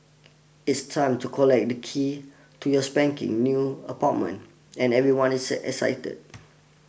it's time to collect the keys to your spanking new apartment and everyone is excited